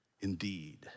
indeed